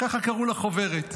ככה קראו לחוברת,